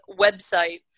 website